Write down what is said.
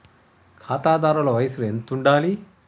ఖాతాదారుల వయసు ఎంతుండాలి?